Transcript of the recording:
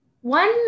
one